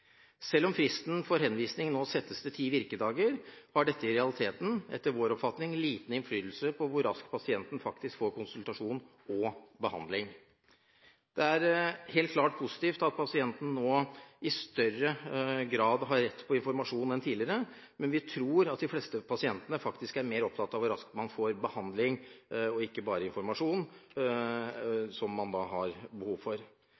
Selv om fristen for henvisning nå settes til ti virkedager, har dette etter vår oppfatning i realiteten liten innflytelse på hvor raskt pasienten faktisk får konsultasjon og behandling. Det er helt klart positivt at pasientene nå i større grad har rett på informasjon enn tidligere, men vi tror de fleste pasientene faktisk er mer opptatt av hvor raskt man får behandling, og ikke bare den informasjonen de har behov for.